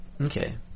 Okay